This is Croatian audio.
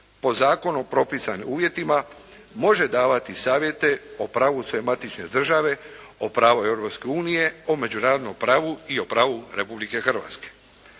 po zakonu propisanim uvjetima može davati savjete o pravu svoje matične države, o pravu Europske unije, o međunarodnom pravu i o pravu Republike Hrvatske.